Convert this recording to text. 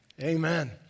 Amen